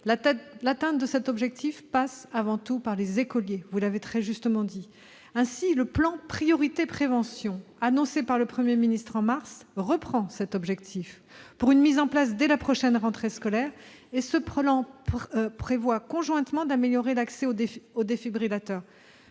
L'atteinte de cet objectif passe avant tout par les écoliers, comme vous l'avez très justement dit. Le plan « priorité prévention », annoncé par le Premier ministre en mars, reprend cet objectif, avec une mise en place dès la prochaine rentrée scolaire. Ce plan prévoit en même temps d'améliorer l'accès aux défibrillateurs.